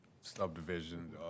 subdivision